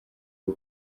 bwo